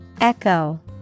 Echo